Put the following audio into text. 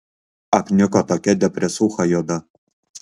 apniko tokia depresūcha juoda